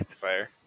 Fire